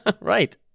Right